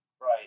Right